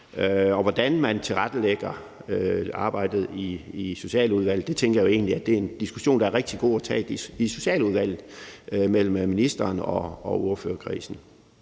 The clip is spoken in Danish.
Og hvordan man tilrettelægger arbejdet i Socialudvalget, tænker jeg jo egentlig er en diskussion, der er rigtig god at tage i Socialudvalget mellem ministeren og ordførerkredsen.